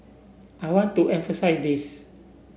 I want to emphasise this